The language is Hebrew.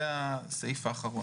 זה הסעיף האחרון.